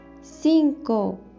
cinco